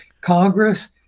Congress